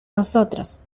nosotros